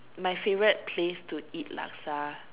my favorite place to eat Laksa